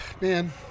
man